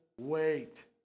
wait